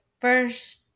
first